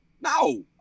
No